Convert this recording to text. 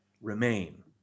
remain